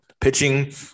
pitching